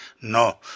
No